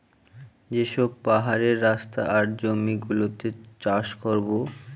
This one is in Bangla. যে সব পাহাড়ের রাস্তা আর জমি গুলোতে চাষ করাবো